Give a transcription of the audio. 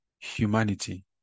humanity